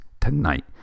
tonight